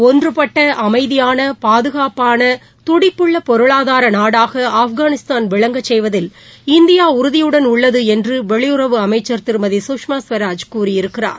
ஒன்றுபட்டஅமைதியான பாதுகாப்பாள உள்ளடக்கியதுடிப்புள்ளபொருளாதாரநாடாகஆப்காளிஸ்தான் விளங்க செய்வதில் இந்தியாஉறதியுடன் உள்ளதுஎன்றுவெளியுறவு அமைச்ச் திருமதி கஷ்மா ஸ்வராஜ் கூறியிருக்கிறார்